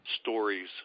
stories